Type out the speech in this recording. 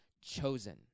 chosen